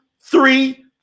three